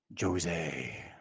Jose